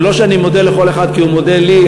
זה לא שאני מודה לכל אחד כי הוא מודה לי,